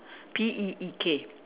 P E E K